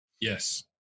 Yes